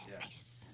nice